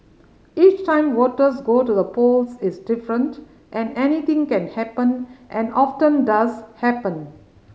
each time voters go to the polls is different and anything can happen and often does happen